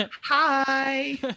Hi